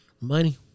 Money